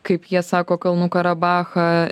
kaip jie sako kalnų karabachą